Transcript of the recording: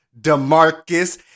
Demarcus